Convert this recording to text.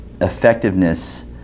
effectiveness